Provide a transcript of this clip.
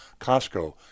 Costco